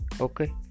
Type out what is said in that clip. Okay